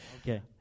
Okay